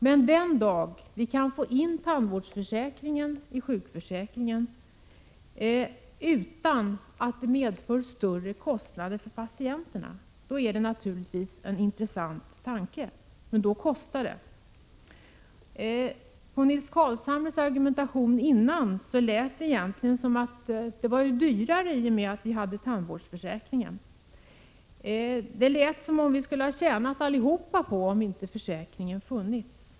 Men den dag tandvårdsförsäkringen ingår i sjukförsäkringen, utan att det medför större kostnader för patienterna, är det framlagda förslaget naturligtvis intressant — men det kostar! På Nils Carlshamre lät det som om tandvårdsförsäkringen skulle göra tandvården dyrare. Det lät som om vi alla skulle ha tjänat på ett uteblivande av försäkringen.